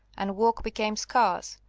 and work became scarce,